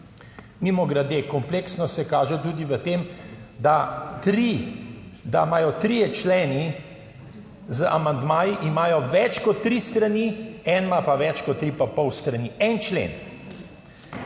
mimogrede, kompleksnost se kaže tudi v tem, da imajo trije členi z amandmaji imajo več kot tri strani, en ima pa več kot tri pa pol strani en člen